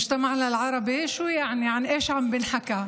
יעני, זאת אומרת בערבית "עילת הסבירות".